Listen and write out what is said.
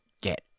get